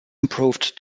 improved